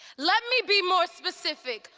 let me be more specific,